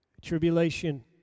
Tribulation